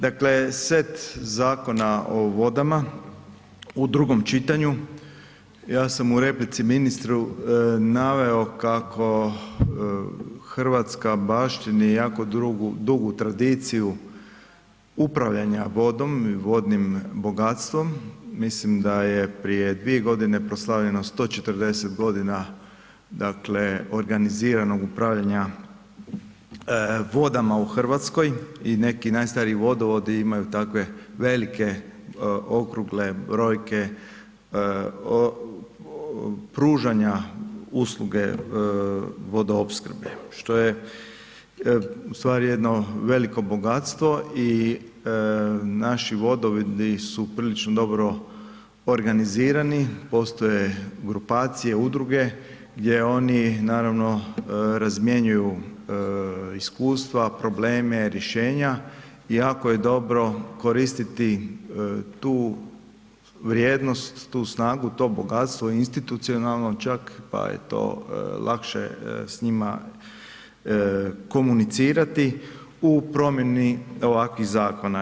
Dakle set zakona o vodama u drugom čitanju, ja sam u replici ministru naveo kako Hrvatska baštini jako dugu tradiciju upravljanja vodom i vodnim bogatstvom, mislim da je prije 2 g. proslavljeno 140 g. organiziranog upravljanja vodama u Hrvatskoj i neki najstariji vodovodi imaju takve velike okrugle brojke pružanja usluge vodoopskrbe što je ustvari jedno veliko bogatstvo i naši vodovodi su prilično dobro organizirani, postoje grupacije, udruge gdje oni naravno razmjenjuju iskustva, probleme, rješenja i jako je dobro koristiti tu vrijednost, tu snagu, to bogatstvo i institucionalno čak pa je to lakše s njima komunicirati u promjeni ovakvih zakona.